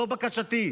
זו בקשתי.